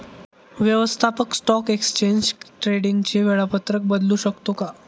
व्यवस्थापक stock exchange ट्रेडिंगचे वेळापत्रक बदलू शकतो का?